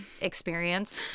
experience